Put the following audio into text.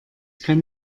kann